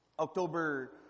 October